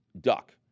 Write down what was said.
duck